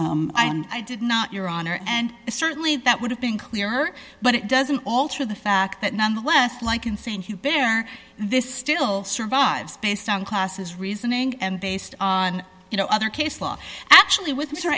i and i did not your honor and certainly that would have been clearer but it doesn't alter the fact that nonetheless like in st hugh bear this still survives based on classes reasoning and based on you know other case law actually with her